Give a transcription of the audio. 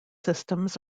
systems